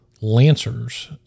Lancers